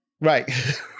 Right